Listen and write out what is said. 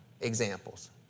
examples